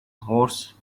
horse